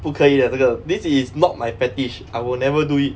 不可以的这个 this is not my fetish I will never do it